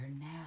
now